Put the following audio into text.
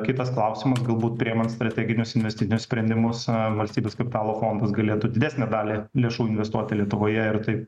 kitas klausimas galbūt priimant strateginius investicinius sprendimus na valstybės kapitalo fondas galėtų didesnę dalį lėšų investuoti lietuvoje ir taip